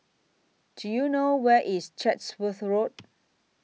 Do YOU know Where IS Chatsworth Road